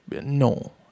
no